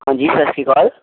ਹਾਂਜੀ ਸਤਿ ਸ਼੍ਰੀ ਅਕਾਲ